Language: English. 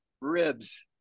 ribs